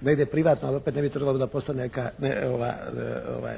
negdje privatno, ali opet ne bi trebalo da postane javna